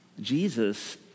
Jesus